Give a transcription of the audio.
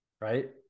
Right